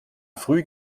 früh